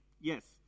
Yes